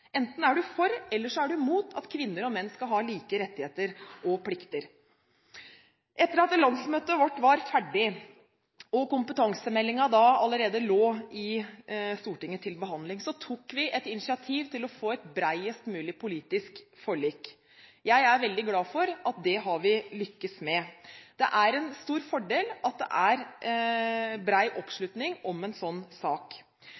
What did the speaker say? Enten er du for eller så er du imot at kvinner og menn skal ha like rettigheter og plikter. Etter at landsmøtet vårt var ferdig og kompetansemeldingen allerede lå i Stortinget til behandling, tok vi et initiativ til å få et bredest mulig politisk forlik. Jeg er veldig glad for at vi har lyktes med det. Det er en stor fordel at det er bred oppslutning om en slik sak.